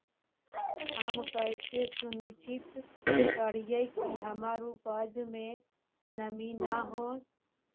हम कैसे सुनिश्चित करिअई कि हमर उपज में नमी न होय?